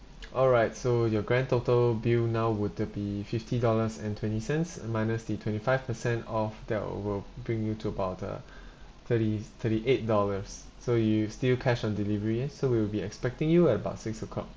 alright so your grand total bill now would uh be fifty dollars and twenty cents and minus the twenty five percent off that will bring you to about uh thirty thirty eight dollars so you still cash on delivery so we will be expecting you at about six o'clock